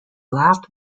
last